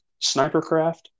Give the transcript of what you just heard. SniperCraft